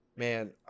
Man